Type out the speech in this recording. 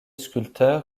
sculpteur